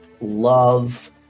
love